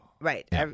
Right